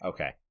Okay